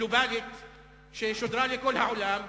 אתה מוותר עליה מראש.